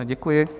Děkuji.